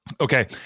Okay